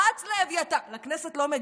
רץ לאביתר, לכנסת לא מגיע,